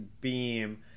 beam